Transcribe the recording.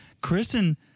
Kristen